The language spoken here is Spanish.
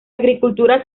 agricultura